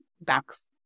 backs